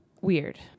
Weird